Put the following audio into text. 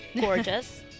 gorgeous